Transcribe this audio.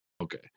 Okay